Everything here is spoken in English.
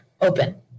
open